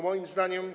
Moim zdaniem.